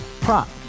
prop